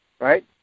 right